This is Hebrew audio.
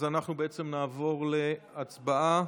אז אנחנו נעבור להצבעה.